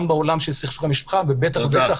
גם בעולם של סכסוכי המשפחה ובטח ובטח